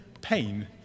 Pain